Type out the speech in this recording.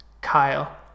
Kyle